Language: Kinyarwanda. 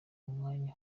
umwanya